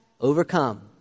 overcome